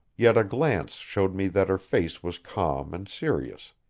yet a glance showed me that her face was calm and serious.